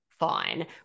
fine